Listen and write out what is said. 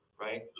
right